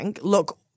look